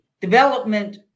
development